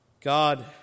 God